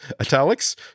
italics